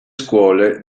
scuole